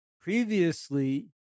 previously